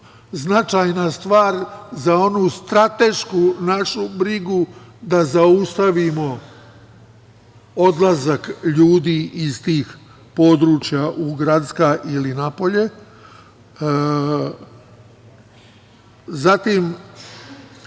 značajna stvar za onu stratešku našu brigu da zaustavimo odlazak ljudi iz tih područja u gradska ili napolje, zatim